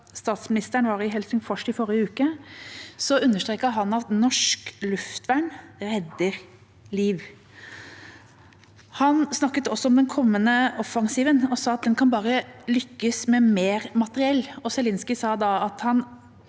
statsministeren var i Helsingfors i forrige uke, understreket han at norsk luftvern redder liv. Han snakket også om den kommende offensiven og sa at den bare kan lykkes med mer materiell. Zelenskyj sa da at han